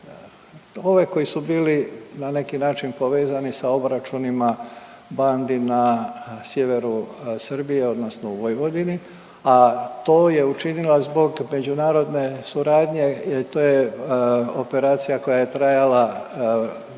koji su bili na neki način povezani sa obračunima bandi na sjeveru Srbije odnosno u Vojvodini, a to je učinila zbog međunarodne suradnje, to je operacija koja je trajala više